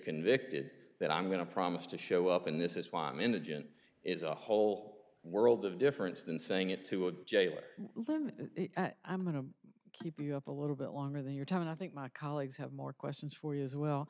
convicted that i'm going to promise to show up and this is why i'm in a gent is a whole world of difference than saying it to a jail or limit i'm going to keep you up a little bit longer than your time and i think my colleagues have more questions for you as well